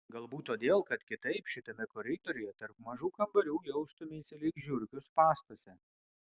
galbūt todėl kad kitaip šitame koridoriuje tarp mažų kambarių jaustumeisi lyg žiurkių spąstuose